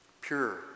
pure